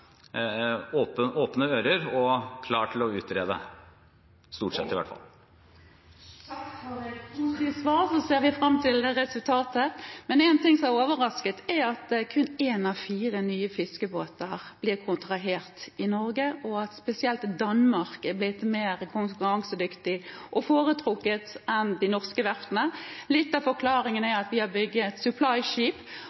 med åpne ører og vil være klar til å utrede – stort sett, i hvert fall. Takk for et positivt svar. Nå ser vi fram til resultatet. En ting som overrasket meg, er at kun én av fire nye fiskebåter blir kontrahert i Norge, og at spesielt Danmark er blitt mer konkurransedyktig og mer foretrukket enn de norske verftene. Litt av forklaringen er